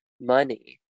money